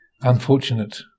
unfortunate